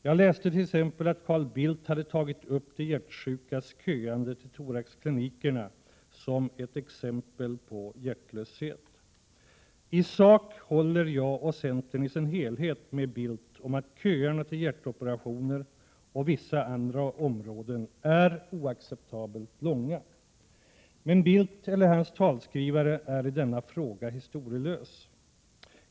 Jag läste t.ex. om att Carl Bildt hade tagit upp de hjärtsjukas köande till thoraxklinikerna som ett exempel på hjärtlöshet. I sak håller jag och centern i sin helhet med Carl Bildt om att köerna till hjärtoperationer och på vissa andra områden är oacceptabelt långa. Men Carl Bildt, eller hans talskrivare, är i denna fråga historielös.